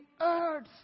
earth